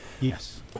Yes